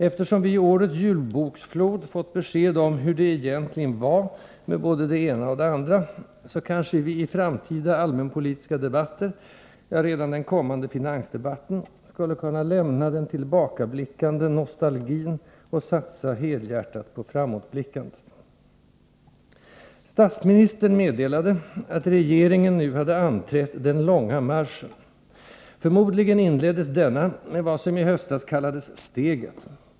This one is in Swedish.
Eftersom vi i julboksfloden fått besked om hur det egentligen var med både det ena och det andra, så kanske vi i framtida allmänpolitiska debatter — ja, redan i den kommande finansdebatten — skulle kunna lämna den tillbakablickande nostalgin och satsa helhjärtat på framåtblickandet. Statsministern meddelade att regeringen nu hade anträtt den ”långa marschen”. Förmodligen inleddes denna med vad som i höstas kallades ”steget”.